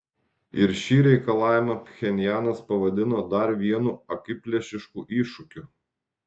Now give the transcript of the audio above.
ir šį reikalavimą pchenjanas pavadino dar vienu akiplėšišku iššūkiu